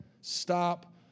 stop